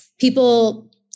people